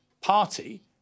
party